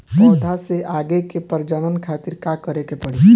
पौधा से आगे के प्रजनन खातिर का करे के पड़ी?